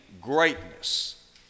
greatness